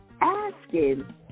asking